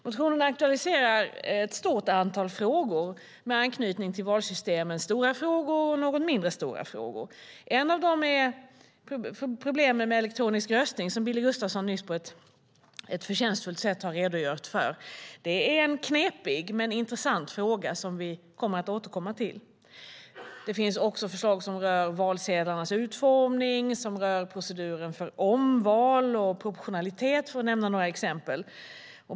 Motionerna aktualiserar ett stort antal frågor med anknytning till valsystemen, både stora frågor och något mindre stora frågor. En av dessa rör problemen med elektronisk röstning, vilka Billy Gustafsson på ett förtjänstfullt sätt nyss redogjorde för. Det är en knepig men intressant fråga som vi ska återkomma till. Det finns också förslag som rör valsedlarnas utformning, proceduren för omval och proportionalitet, för att nämna några exempel.